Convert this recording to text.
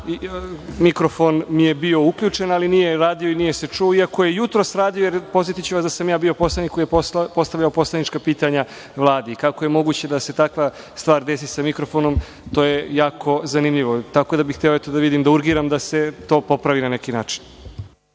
mikrofon bio uključen, ali nije radio i nije se čulo, iako je jutros radio. Podsetiću vas da sam ja bio poslanik koji je postavljao poslanička pitanja Vladi. Kako je moguće da se takva stvar desi sa mikrofonom, to je jako zanimljivo? Tako da, hteo bih da urgiram da se to popravi na neki način.